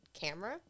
camera